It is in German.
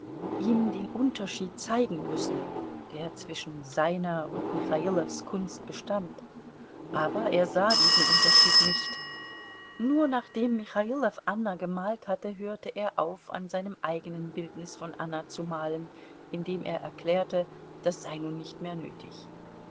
ihm den unterschied zeigen müssen der zwischen seiner und michailows kunst bestand aber er sah diesen unterschied nicht nur nachdem michailow anna gemalt hatte hörte er auf an seinem eigenen bildnis von anna zu malen indem er erklärte das sei nun nicht mehr nötig